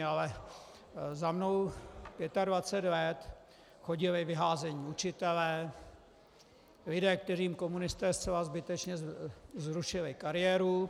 Ale za mnou 25 let chodili vyházení učitelé, lidé, kterým komunisté zcela zbytečně zrušili kariéru.